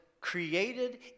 created